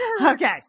Okay